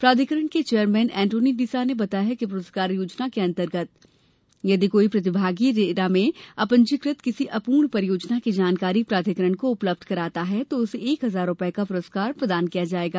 प्राधिकरण के चेयरमेन अन्टोनी डिसा ने बताया कि पुरस्कार योजना के अंतर्गत यदि कोई प्रतिभागी रेरा में अपंजीकृत किसी अपूर्ण परियोजना की जानकारी प्राधिकरण को उपलब्ध कराता है तो उसे एक हजार रूपये का पुरस्कार प्रदान किया जायेगा